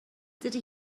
dydy